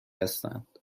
هستند